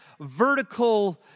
vertical